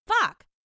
fuck